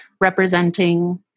representing